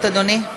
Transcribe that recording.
אדוני.